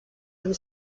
and